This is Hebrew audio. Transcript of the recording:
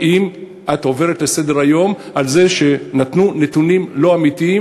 האם את עוברת לסדר-היום על זה שנתנו נתונים לא אמיתיים,